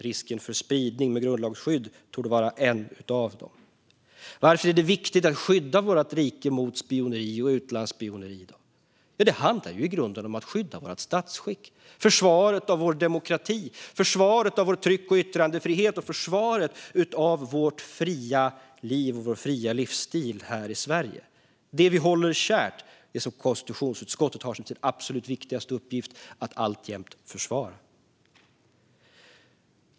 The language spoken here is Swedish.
Risken för spridning med grundlagsskydd torde var en av dem. Varför är det viktigt att skydda vårt rike mot spioneri och utlandsspioneri? Det handlar i grunden om att skydda vårt statsskick. Det handlar om försvaret av vår demokrati, försvaret av vår tryck och yttrandefrihet och försvaret av vårt fria liv och vår fria livsstil här i Sverige - det vi håller kärt och det som konstitutionsutskottet har som sin absolut viktigaste uppgift att alltjämt försvara.